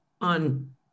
on